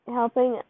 helping